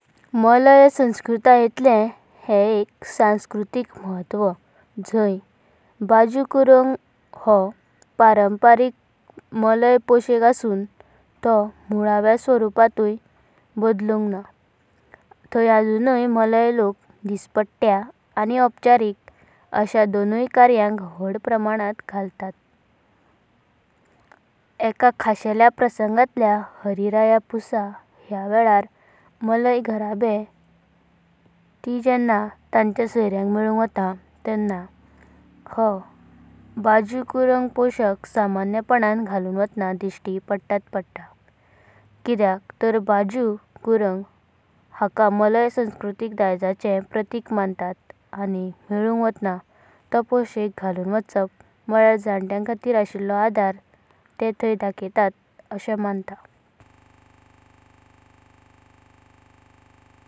Malay संस्कृतातले हे एक संस्कृतिक महत्व जण्य बाजु कुरुंग हा पारंपरिक मलय पोशेक असून तो मूलवेया स्वरुपातुय बदलुंग ना। थाय अजुणय मलय लोक दिशततेया आणि अपचारिक आशण दोनुय करायं व्‍हड पारमानाथ घालतात। एका खासहेलया प्रसंगातलेया हरी राय पुस्सा या वेलेर मलय घराबेये ती जेन्ना तांच सायरेयांक मेळुंग वाता तेनना हो बाजु कुरुंग समान्यपणान घालुण वातां दिसाती पडलात पडलता। कितेाक तार बाजु कुरुंग हाका मलय संस्कृतिक ध्याजाचें प्रतीक मानताता। आणि मेळुंग वातां तो पोशेक घालुण वाचप म्हळेयर जनता खातिर अशिल्लो आधारा ते थाय डाखायतत आशें मानताता।